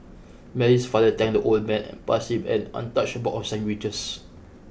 Mary's father thanked the old man and passed him an untouched box of sandwiches